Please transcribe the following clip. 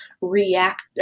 react